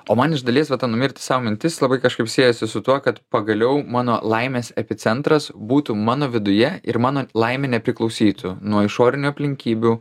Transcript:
o man iš dalies va ta numirti sau mintis labai kažkaip siejasi su tuo kad pagaliau mano laimės epicentras būtų mano viduje ir mano laimė nepriklausytų nuo išorinių aplinkybių